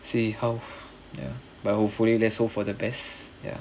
see how ya but hopefully let's hope for the best ya